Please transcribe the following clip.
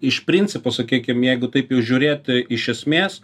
iš principo sakykim jeigu taip jau žiūrėt iš esmės